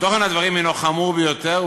תוכן הדברים הנו חמור ביותר,